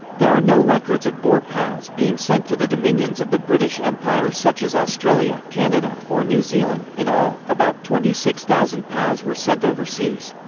there are no records of boer pows being sent to the dominions of the british empire such as australia, canada, or new zealand in all, about twenty six thousand pows were sent overseas.